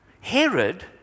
Herod